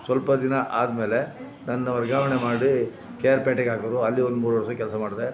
ಸ್ವಲ್ಪ ದಿನ ಆದಮೇಲೆ ನನ್ನ ವರ್ಗಾವಣೆ ಮಾಡಿ ಕೆ ಆರ್ ಪೇಟೆಗೆ ಹಾಕಿದ್ರು ಅಲ್ಲಿ ಒಂದು ಮೂರು ವರ್ಷ ಕೆಲಸ ಮಾಡಿದೆ